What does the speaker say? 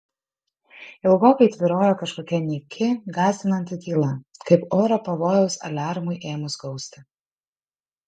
ilgokai tvyrojo kažkokia nyki gąsdinanti tyla kaip oro pavojaus aliarmui ėmus gausti